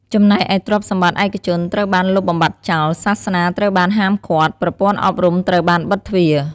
ចំណែកឯទ្រព្យសម្បត្តិឯកជនត្រូវបានលុបបំបាត់ចោល សាសនាត្រូវបានហាមឃាត់ ប្រព័ន្ធអប់រំត្រូវបានបិទទ្វារ។